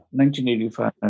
1985